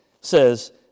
says